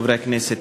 חברי הכנסת,